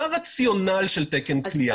מה הרציונל של תקן כליאה?